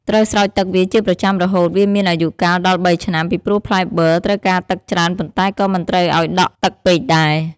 ត្រូវស្រោចទឹកវាជាប្រចាំរហូតវាមានអាយុកាលដល់៣ឆ្នាំ ពីព្រោះផ្លែបឺរត្រូវការទឹកច្រើនប៉ុន្តែក៏មិនត្រូវឱ្យដក់ទឹកពេកដែរ។